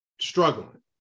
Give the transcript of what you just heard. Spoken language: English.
struggling